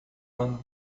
ano